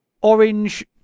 Orange